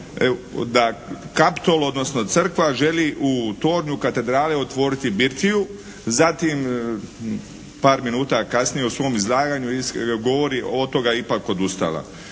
da Kaptol, odnosno Crkva želi u tornju Katedrale otvoriti birtiju, zatim par minuta kasnije u svom izlaganju govori od toga je ipak odustala.